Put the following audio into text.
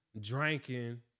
drinking